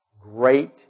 Great